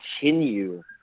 continue